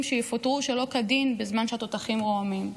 שיפוטרו שלא כדין בזמן שהתותחים רועמים,